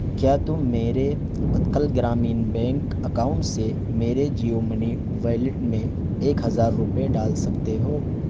کیا تم میرے اتکل گرامین بینک اکاؤنٹ سے میرے جیو منی ویلٹ میں ایک ہزار روپئے ڈال سکتے ہو